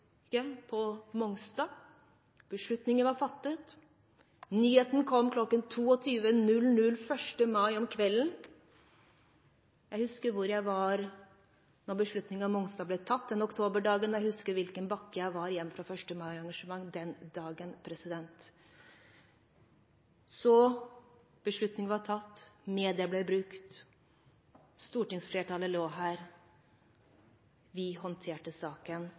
på Mongstad. Beslutningen var fattet, nyheten kom kl. 22.00 1. mai. Jeg husker hvor jeg var da beslutningen om Mongstad ble tatt den maidagen, og jeg husker hvilken bakke jeg var i hjem fra 1. mai-arrangement den dagen. Beslutningen var tatt, media ble brukt, stortingsflertallet lå der, vi håndterte saken.